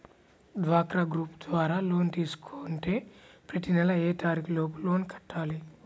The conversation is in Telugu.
డ్వాక్రా గ్రూప్ ద్వారా లోన్ తీసుకుంటే ప్రతి నెల ఏ తారీకు లోపు లోన్ కట్టాలి?